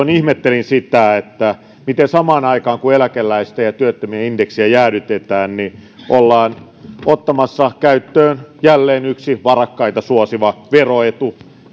silloin ihmettelin sitä että miten samaan aikaan kun eläkeläisten ja työttömien indeksejä jäädytetään ollaan ottamassa käyttöön jälleen yksi varakkaita suosiva veroetu